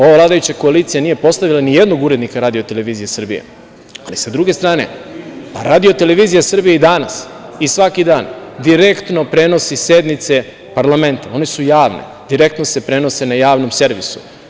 Ova vladajuća koalicija nije postavila nijednog urednika RTS, ali sa druge strane RTS i danas i svaki dan direktno prenosi sednice parlamenta, one su javne, direktno se prenose na javnom servisu.